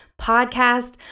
Podcast